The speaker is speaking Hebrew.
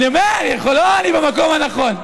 אולי אתה נמצא במקום הלא-נכון.